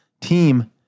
team